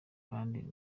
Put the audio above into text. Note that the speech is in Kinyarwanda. kandi